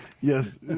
Yes